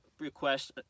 request